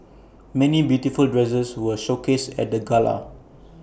many beautiful dresses were showcased at the gala